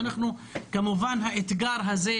כמובן שהאתגר הוא,